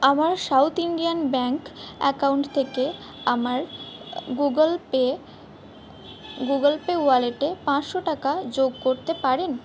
আমার South Indian Bank account থেকে আমার গুগল পে গুগল পে ওয়ালেটে পাঁচশো টাকা যোগ করতে পারেন